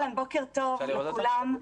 בוקר טוב לכולם,